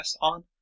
on